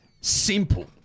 simple